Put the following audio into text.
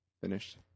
finished